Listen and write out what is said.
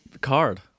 card